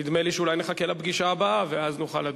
נדמה לי שאולי נחכה לפגישה הבאה ואז נוכל לדון.